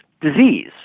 disease